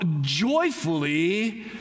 joyfully